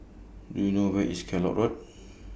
Do YOU know Where IS Kellock Road